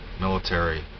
military